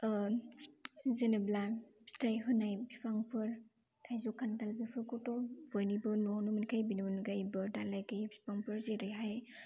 जेनेब्ला फिथाय होनाय बिफांफोर थाइजौ खान्थाल बेफोरखौथ' बयनिबो न' न' मोनखायो बिनि अनगायैबो दालाइ गैयि बिफांफोर जेरैहाय